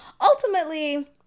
ultimately